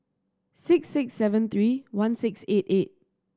six six seven three one six eight eight